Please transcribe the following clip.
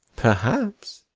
perhaps